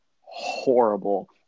horrible